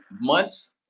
months